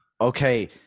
Okay